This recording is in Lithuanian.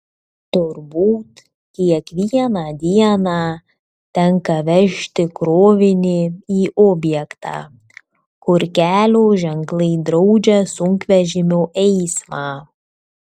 turbūt kiekvieną dieną tenka vežti krovinį į objektą kur kelio ženklai draudžia sunkvežimio eismą